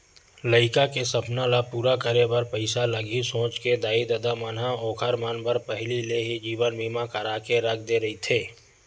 लइका के सपना ल पूरा करे बर पइसा लगही सोच के दाई ददा मन ह ओखर मन बर पहिली ले ही जीवन बीमा करा के रख दे रहिथे